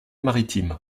maritime